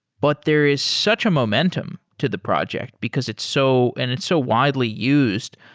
but there is such a momentum to the project, because it's so and it's so widely used.